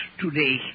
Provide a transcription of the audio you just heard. today